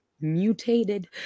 mutated